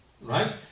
right